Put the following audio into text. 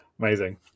Amazing